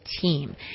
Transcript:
team